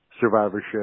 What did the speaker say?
survivorship